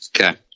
Okay